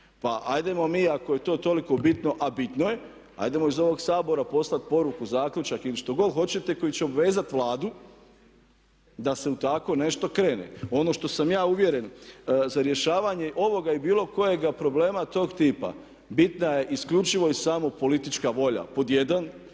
Pa hajdemo mi ako je to toliko bitno a bitno je, hajdemo iz ovog Sabora poslati poruku, zaključak ili što god hoćete koji će obvezati Vladu da se u tako nešto krene. Ono što sam ja uvjeren, za rješavanje ovoga i bilo kojega problema tog tipa bitna je isključivo i samo politička volja. Pod 1.